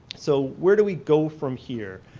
so where do we go from here?